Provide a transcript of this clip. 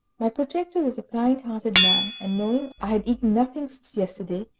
my protector was a kind-hearted man, and knowing i had nothing since yesterday,